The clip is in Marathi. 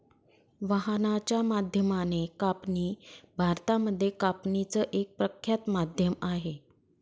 वाहनाच्या माध्यमाने कापणी भारतामध्ये कापणीच एक प्रख्यात माध्यम आहे